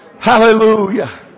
Hallelujah